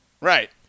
Right